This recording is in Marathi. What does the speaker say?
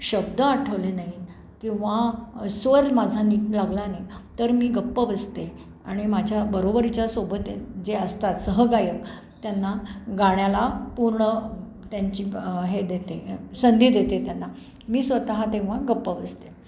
शब्द आठवले नाहीत किंवा स्वर माझा नीट लागला नाही तर मी गप्प बसते आणि माझ्या बरोबरीच्यासोबत जे असतात सहगायक त्यांना गाण्याला पूर्ण त्यांची हे देते संधी देते त्यांना मी स्वतः तेव्हा गप्प बसते